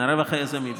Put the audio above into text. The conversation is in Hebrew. הרווח היזמי.